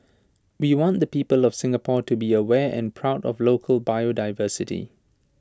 we want the people of Singapore to be aware and proud of local biodiversity